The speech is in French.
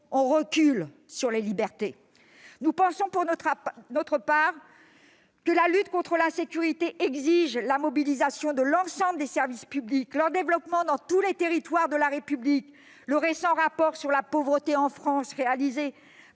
on recule sur les libertés. Nous considérons que la lutte contre l'insécurité exige la mobilisation de l'ensemble des services publics et leur développement dans tous les territoires de la République. Le récent rapport sur la pauvreté en France, publié